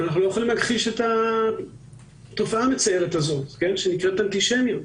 אנחנו לא יכולים להכחיש את התופעה המצערת שנקראת: "אנטישמיות".